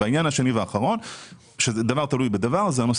הדבר השני, דבר תלוי בדבר, זה הנושא